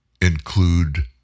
include